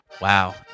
Wow